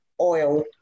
oil